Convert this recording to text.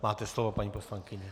Máte slovo, paní poslankyně.